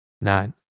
Nine